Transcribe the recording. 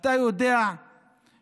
אתה יודע שיש